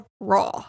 raw